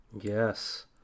yes